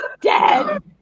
Dead